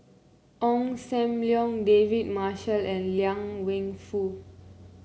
Ong Sam Leong David Marshall and Liang Wenfu